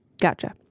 Gotcha